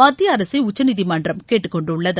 மத்திய அரசை உச்சநீதிமன்றம் கேட்டுக்கொண்டுள்ளது